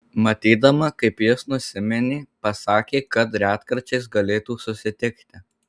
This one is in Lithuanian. matydama kaip jis nusiminė pasakė kad retkarčiais galėtų susitikti